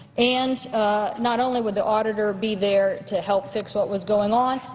and not only would the auditor be there to help fix what was going on,